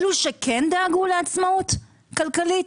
לאלו שכן דאגו לעצמאות כלכלית,